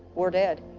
or dead.